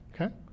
okay